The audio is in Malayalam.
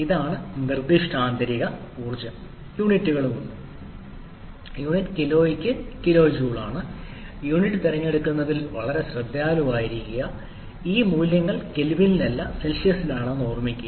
ഇതാണ് നിർദ്ദിഷ്ട ആന്തരിക ഊർജ്ജം യൂണിറ്റുകളും ഉണ്ട് യൂണിറ്റ് കിലോയ്ക്ക് കിലോ ജൂൾ ആണ് യൂണിറ്റ് തിരഞ്ഞെടുക്കുന്നതിൽ വളരെ ശ്രദ്ധാലുവായിരിക്കുക ഈ മൂല്യങ്ങൾ കെൽവിനിലല്ല സെൽഷ്യസിലാണെന്ന് ഓർമ്മിക്കുക